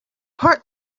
part